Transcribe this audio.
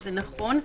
וזה נכון.